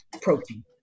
protein